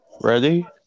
Ready